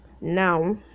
Now